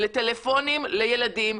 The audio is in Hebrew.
לטלפונים לילדים,